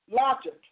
logic